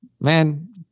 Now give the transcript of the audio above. man